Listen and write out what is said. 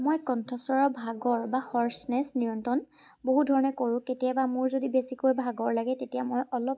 মই কণ্ঠস্ৱৰৰ ভাগৰ বা হৰ্ছনেছ নিয়ন্ত্ৰণ বহুধৰণে কৰোঁ কেতিয়াবা মোৰ যদি বেছিকৈ ভাগৰ লাগে তেতিয়া মই অলপ